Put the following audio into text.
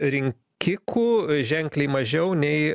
rinkikų ženkliai mažiau nei